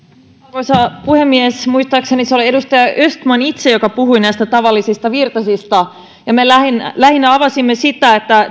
arvoisa puhemies muistaakseni se oli edustaja östman itse joka puhui näistä tavallisista virtasista ja me lähinnä avasimme sitä että